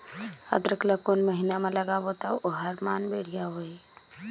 अदरक ला कोन महीना मा लगाबो ता ओहार मान बेडिया होही?